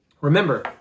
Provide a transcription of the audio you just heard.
Remember